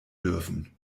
dürfen